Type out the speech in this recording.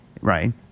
Right